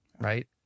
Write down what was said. right